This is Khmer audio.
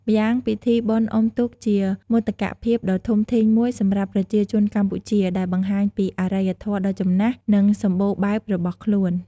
ម្យ៉ាងពិធីបុណ្យអុំទូកជាមោទកភាពដ៏ធំធេងមួយសម្រាប់ប្រជាជនកម្ពុជា ដែលបង្ហាញពីអរិយធម៌ដ៏ចំណាស់ និងសម្បូរបែបរបស់ខ្លួន។